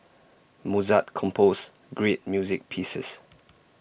Mozart composed great music pieces